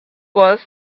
was